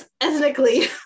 ethnically